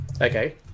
Okay